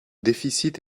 déficit